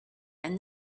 and